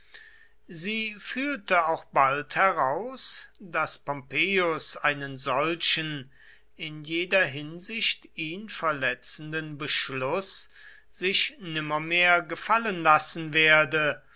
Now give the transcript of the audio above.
sie fühlte auch bald heraus daß pompeius einen solchen in jeder hinsicht ihn verletzenden beschluß sich nimmermehr gefallen lassen werde